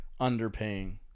underpaying